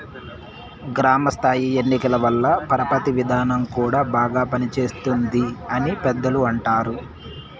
గ్రామ స్థాయి ఎన్నికల వల్ల పరపతి విధానం కూడా బాగా పనిచేస్తుంది అని పెద్దలు అంటారు